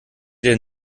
denn